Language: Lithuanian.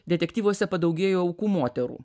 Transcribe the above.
detektyvuose padaugėjo aukų moterų